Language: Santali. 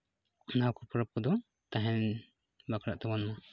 ᱚᱱᱟᱠᱚ ᱯᱚᱨᱚᱵᱽ ᱠᱚᱫᱚ ᱛᱟᱦᱮᱱ ᱵᱟᱠᱷᱨᱟᱜ ᱛᱟᱵᱚᱱ ᱢᱟ